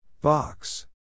Box